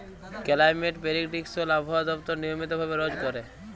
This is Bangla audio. কেলাইমেট পেরিডিকশল আবহাওয়া দপ্তর নিয়মিত ভাবে রজ ক্যরে